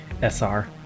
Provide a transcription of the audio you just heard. SR